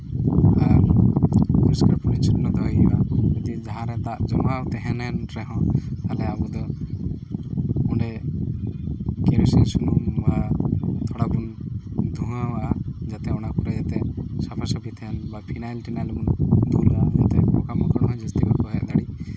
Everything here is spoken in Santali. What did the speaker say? ᱟᱨ ᱯᱚᱨᱤᱥᱠᱟᱨ ᱯᱚᱨᱤᱪᱷᱚᱱᱱᱚ ᱫᱚᱦᱚᱭ ᱦᱩᱭᱩᱜᱼᱟ ᱡᱩᱫᱤ ᱡᱟᱦᱟᱸ ᱨᱮ ᱫᱟᱜ ᱡᱚᱢᱟᱣ ᱛᱟᱦᱮᱸ ᱞᱮᱱ ᱨᱮᱦᱚᱸ ᱛᱟᱦᱚᱞᱮ ᱟᱵᱚᱫᱚ ᱚᱸᱰᱮ ᱠᱮᱨᱚᱥᱤᱱ ᱥᱩᱱᱩᱢ ᱵᱟ ᱛᱷᱚᱲᱟ ᱵᱚᱱ ᱫᱷᱩᱣᱟ ᱟᱜᱼᱟ ᱡᱟᱛᱮ ᱚᱱᱟ ᱠᱚᱨᱮ ᱡᱟᱛᱮ ᱥᱟᱯᱷᱟ ᱥᱟᱹᱯᱷᱤ ᱛᱟᱦᱮᱱ ᱵᱟ ᱯᱷᱤᱱᱟᱭᱤᱞ ᱴᱤᱱᱟᱭᱤᱞ ᱵᱚᱱ ᱫᱩᱞᱟᱜᱼᱟ ᱡᱟᱛᱮ ᱯᱚᱠᱟ ᱢᱟᱠᱚᱲ ᱦᱚᱸ ᱡᱟᱹᱥᱛᱤ ᱵᱟᱠᱚ ᱦᱮᱡ ᱫᱟᱲᱮᱜ